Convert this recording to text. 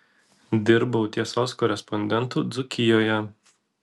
dirbau tiesos korespondentu dzūkijoje